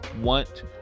want